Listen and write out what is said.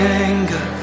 anger